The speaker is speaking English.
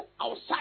outside